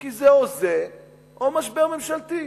כי זה או זה או משבר ממשלתי,